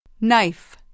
Knife